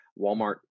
Walmart